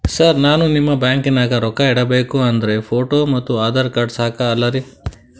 Sir ನಾನು ನಿಮ್ಮ ಬ್ಯಾಂಕನಾಗ ರೊಕ್ಕ ಇಡಬೇಕು ಅಂದ್ರೇ ಫೋಟೋ ಮತ್ತು ಆಧಾರ್ ಕಾರ್ಡ್ ಸಾಕ ಅಲ್ಲರೇ?